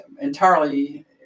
entirely